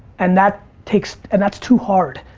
and that takes, and that's too hard.